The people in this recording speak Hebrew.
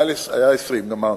היה 20, גמרנו.